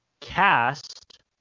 cast